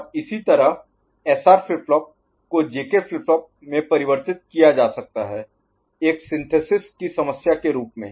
और इसी तरह एसआर फ्लिप फ्लॉप को जेके फ्लिप फ्लॉप में परिवर्तित किया जा सकता है एक सिंथेसिस की समस्या के रूप में